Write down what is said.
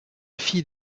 fille